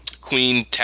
queen